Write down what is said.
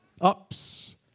ups